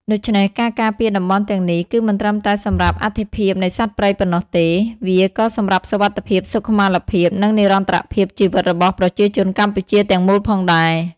ដូច្នេះ ការការពារតំបន់ទាំងនេះ គឺមិនត្រឹមតែសម្រាប់អត្ថិភាពនៃសត្វព្រៃប៉ុណ្ណោះទេ វាក៏សម្រាប់សុវត្ថិភាព សុខុមាលភាព និងនិរន្តរភាពជីវិតរបស់ប្រជាជនកម្ពុជាទាំងមូលផងដែរ។